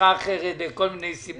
בשיחה אחרת כל מיני סיבות.